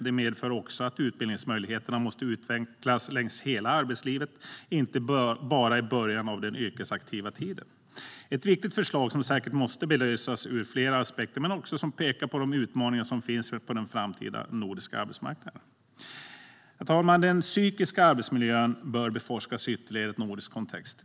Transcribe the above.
Det medför också att utbildningsmöjligheterna måste utvecklas längs hela arbetslivet, inte bara i början av den yrkesaktiva tiden. Det är ett viktigt förslag som säkert måste belysas ur flera aspekter men som också pekar på de utmaningar som finns på den framtida nordiska arbetsmarknaden. Herr talman! Den psykiska arbetsmiljön bör beforskas ytterligare i en nordisk kontext.